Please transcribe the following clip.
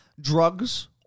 drugs